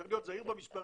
צריך להיות זהיר במספרים.